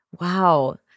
Wow